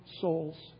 souls